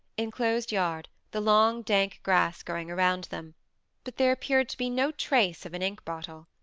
enclosed yard, the long, dank grass growing around them but there appeared to be no trace of an ink-bottle.